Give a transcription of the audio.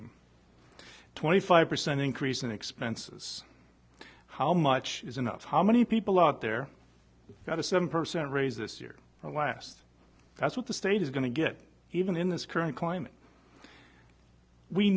new twenty five percent increase in expenses how much is enough how many people out there got a seven percent raise this year and last that's what the state is going to get even in this current climate we